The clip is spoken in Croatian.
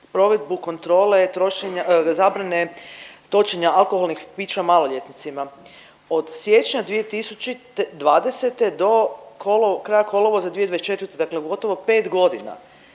provedbu kontrole trošenja, zabrane točenja alkoholnih pića maloljetnicima. Od siječnja 2020. do kraja kolovoza 2024. dakle 5 godina